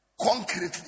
concretely